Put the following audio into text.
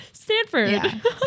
stanford